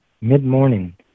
mid-morning